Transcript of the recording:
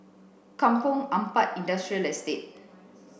Kampong Ampat Industrial Estate